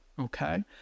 Okay